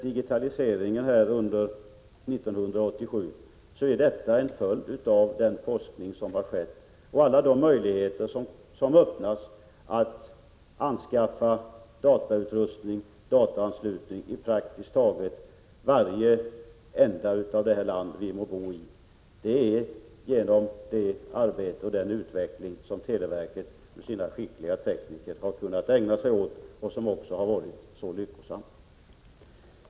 Digitaliseringen under 1987 är en följd av den forskning som har skett och av alla de möjligheter som öppnas när det gäller att anskaffa datautrustning, att åstadkomma dataanslutning, i praktiskt taget varje landsända. Detta har alltså varit möjligt tack vare det arbete och den utveckling som televerket med sina skickliga tekniker har kunnat ägna sig åt och som också har varit mycket lyckosamma.